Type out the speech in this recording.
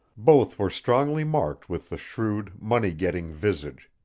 both were strongly marked with the shrewd, money-getting visage.